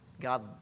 God